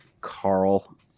Carl